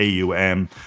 AUM